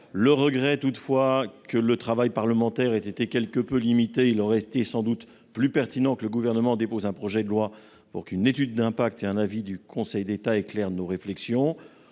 Je regrette toutefois que le travail parlementaire ait été quelque peu limité : il aurait sans doute été plus pertinent que le Gouvernement dépose un projet de loi pour qu'une étude d'impact et un avis du Conseil d'État éclairent nos délibérations.